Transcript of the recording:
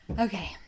Okay